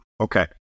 okay